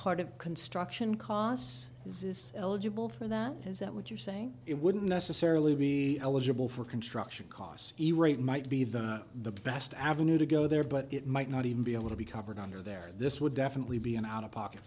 part of construction costs this is eligible for that is that what you're saying it wouldn't necessarily be eligible for construction costs the rate might be that the best avenue to go there but it might not even be able to be covered under there this would definitely be an out of pocket